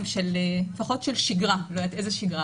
של לפחות של שגרה אני לא יודעת איזו שגרה,